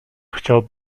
chciał